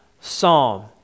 psalm